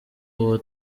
uwo